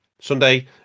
Sunday